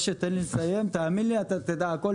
משה, תן לי לסיים, תאמין לי אתה תדע הכול.